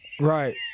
Right